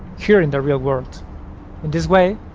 here in the real world. in this way,